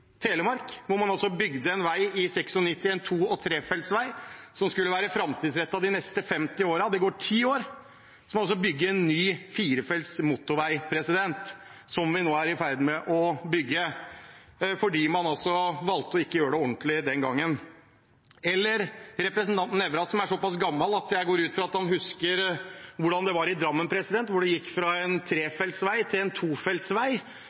Telemark, hvor man bygde en vei i 1996, en to- og trefelts vei, som skulle være framtidsrettet for de neste 50 årene. Vi er nå i ferd med å bygge en ny, firefelts, motorvei fordi man altså valgte ikke å gjøre det ordentlig den gangen. Og: Representanten Nævra er såpass gammel at jeg går ut fra at han husker hvordan det var i Drammen, der de gikk fra en trefelts til en